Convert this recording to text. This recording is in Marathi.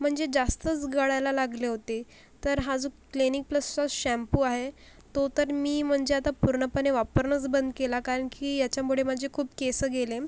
म्हणजे जास्तच गळायला लागले होते तर हा जो क्लेनिक प्लससा शॅम्पू आहे तो तर मी म्हणजे आता पूर्णपणे वापरणंच बंद केला कारण की याच्यामुळे माझे खूप केस गेले